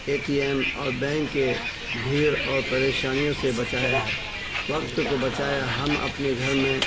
اے T M اور bank کے بھیڑ اور پریشانیوں سے بچایا ہے وقت کو بچایا ہم اپنے گھر میں